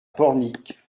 pornic